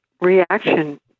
reaction